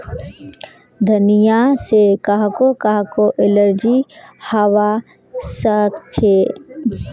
धनिया से काहको काहको एलर्जी हावा सकअछे